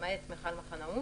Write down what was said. למעט מכל מחנאות,